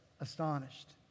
astonished